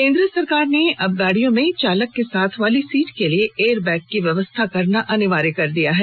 केंद्र सरकार ने अब गाडियों में चालक के साथ वाली सीट के लिए एयरबैग की व्यवस्था करना अनिवार्य कर दिया है